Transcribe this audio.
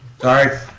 Sorry